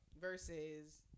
versus